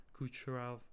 Kucherov